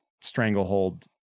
stranglehold